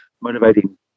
motivating